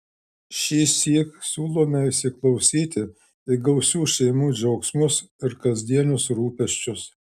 šįsyk siūlome įsiklausyti į gausių šeimų džiaugsmus ir kasdienius rūpesčius